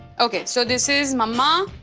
okay, so this is mumma?